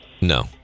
No